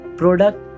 product